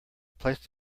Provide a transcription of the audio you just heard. placed